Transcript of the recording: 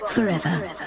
Forever